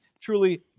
Truly